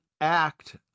act